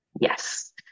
Yes